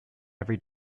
every